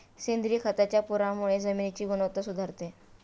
सेंद्रिय खताच्या वापरामुळे जमिनीची गुणवत्ता सुधारते